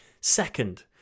Second